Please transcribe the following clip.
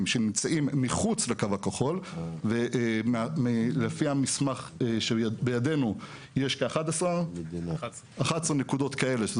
שנמצאים מחוץ לקו הכחול ולפי המסמך שבידנו יש כ-11 נקודות כאלה,